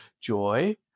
joy